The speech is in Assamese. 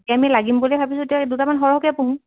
এতিয়া আমি লাগিম বুলি ভাবিছোঁ তেতিয়া দুটামান সৰহে পুহোঁ